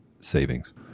savings